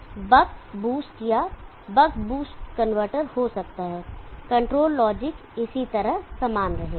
यह buck boost या buck boost converter हो सकता है कंट्रोल लॉजिक इसी तरह समान रहेगा